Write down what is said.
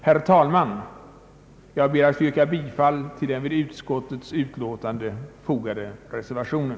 Herr talman, jag ber att få yrka bifall till den vid utskottets utlåtande fogade reservationen.